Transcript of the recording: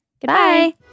Goodbye